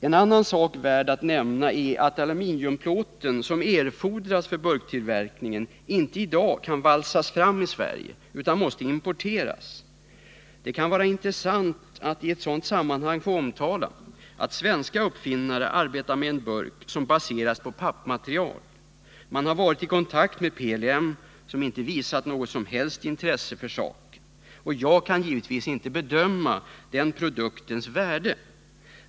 En annan sak värd att nämna är att den aluminiumplåt som erfordras för burktillverkningen i dag inte kan valsas fram i Sverige utan måste importeras. Det kan vara intressant att i detta sammanhang omtala att svenska uppfinnare arbetar med en burk som baseras på pappmaterial. Man har varit i kontakt med PLM, som inte visat något som helst intresse för saken. Jag kan givetvis inte bedöma produktens värde.